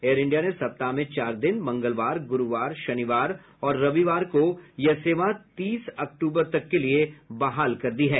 air India ने सप्ताह में चार दिन मंगलवार गुरूवार शनिवार और रविवार को यह सेवा तीस अक्टूबर तक के लिए बहाल की है